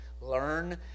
learn